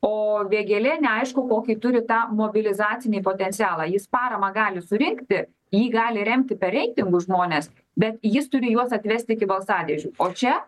o vėgėlė neaišku kokį turi tą mobilizacinį potencialą jis paramą gali surinkti jį gali remti per reitingus žmonės bet jis turi juos atvest iki balsadėžių o čia